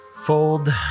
Fold